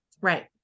Right